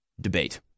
debate